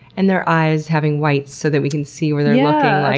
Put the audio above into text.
and their eyes having white so that we can see where they're yeah